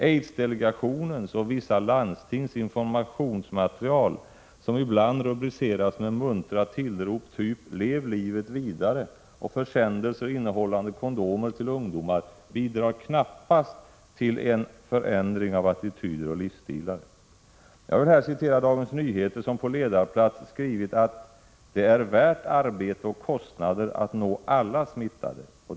Aidsdelegationens och vissa landstings informationsmaterial som ibland rubriceras med muntra tillrop av typen ”Lev livet vidare” och försändelser innehållande kondomer till ungdomar bidrar knappast till en förändring av attityder och livsstilar. Jag vill här referera till Dagens Nyheter som på ledarplats skrivit att det är värt arbete och kostnader att nå alla smittade.